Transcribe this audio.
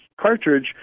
cartridge